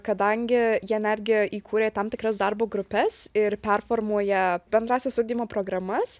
kadangi jie netgi įkūrė tam tikras darbo grupes ir performuoja bendrąsias ugdymo programas